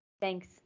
Thanks